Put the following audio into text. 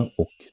och